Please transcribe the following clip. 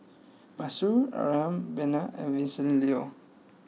Masuri around Benna and Vincent Leow